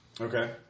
Okay